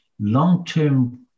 long-term